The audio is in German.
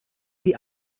die